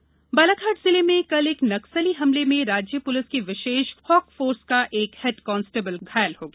नक्सली हमला बालाघाट जिले में कल एक नक्सली हमले में राज्य प्लिस की विशेष हॉक फोर्स का एक हेड कांसटेबल घायल हो गया